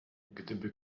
gdyby